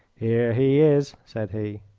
here he is, said he.